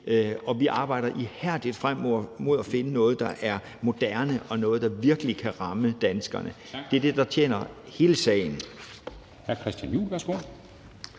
Og vi arbejder ihærdigt frem mod at finde noget, der er moderne, og noget, der virkelig kan ramme danskerne. Det er det, der tjener hele sagen.